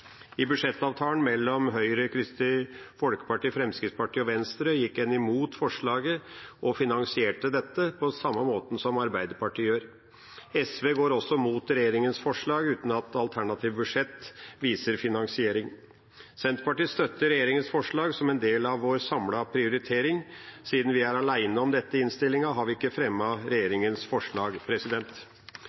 I budsjettavtalen mellom Høyre, Kristelig Folkeparti, Fremskrittspartiet og Venstre gikk en imot forslaget og finansierte dette på samme måte som Arbeiderpartiet gjør. SV går også imot regjeringas forslag uten at alternativt budsjett viser finansiering. Senterpartiet støtter regjeringas forslag som en del av vår samlede prioritering. Siden vi er alene om dette i innstillinga, har vi ikke fremmet regjeringas forslag.